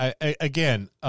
Again